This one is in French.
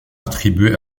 attribués